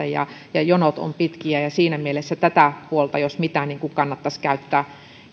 ja ja jonot ovat pitkiä siinä mielessä tätä puolta jos mitä kannattaisi käyttää